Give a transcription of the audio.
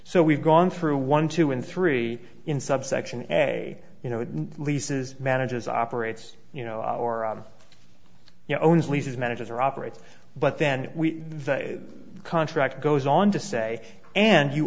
so we've gone through one two and three in subsection a you know leases manages operates you know or you know owns leases managers or operates but then we contract goes on to say and you